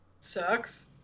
Sucks